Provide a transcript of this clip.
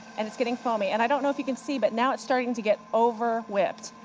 and it's getting foamy. and i don't know if you can see, but now it's starting to get over whipped.